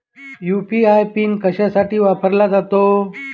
UPI PIN कशासाठी वापरला जातो?